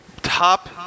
top